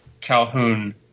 Calhoun